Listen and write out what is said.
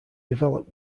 developed